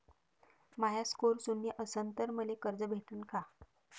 माया score शून्य असन तर मले कर्ज भेटन का?